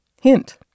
Hint